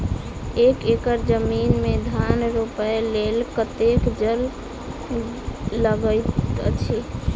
एक एकड़ जमीन मे धान रोपय लेल कतेक जल लागति अछि?